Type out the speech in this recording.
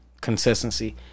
consistency